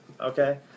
okay